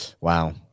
wow